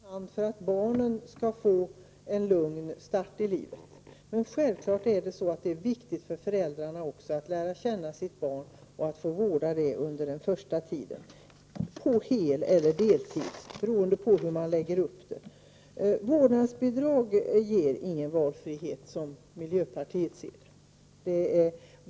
Herr talman! Föräldraförsäkringen är viktig i första hand för att barnen skall få en lugn start i livet. Men självfallet är det också viktigt för föräldrarna att lära känna sitt barn och att få vårda det under den första tiden — på heleller deltid, beroende på hur man lägger upp det. Vårdnadsbidrag ger ingen valfrihet som miljöpartiet ser det.